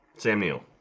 samael